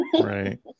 Right